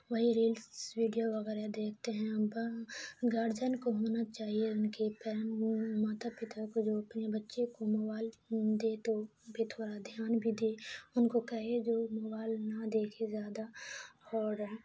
وہی reels video وغیرہ دیکھتے ہیں گارجن کو ہونا چاہیے ان کے پیرن ماتا پتا کو جو اپنے بچے کو موبائل دے تو ان پہ تھوڑا دھیان بھی دے ان کو کہے جو موبائل نہ دیکھے زیادہ اور